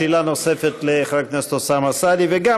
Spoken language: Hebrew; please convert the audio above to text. שאלה נוספת לחבר הכנסת אוסאמה סעדי וגם